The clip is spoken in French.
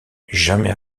jamais